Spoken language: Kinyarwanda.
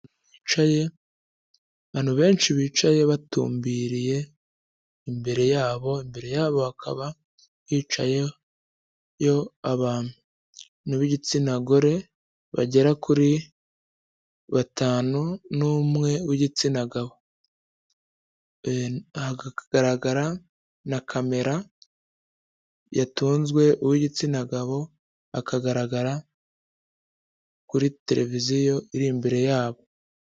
Abantu benshi bicaye batumbiriye imbere yabo, imbere yabo hakaba hicayeyo abantu b'igitsina gore bagera kuri batanu n'umwe w'igitsina gabo, hakagaragara na kamera yatunzwe uw'igitsina gabo, akagaragara kuri televiziyo iri imbere yabo.